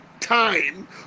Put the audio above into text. time